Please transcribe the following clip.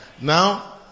Now